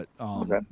Okay